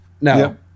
No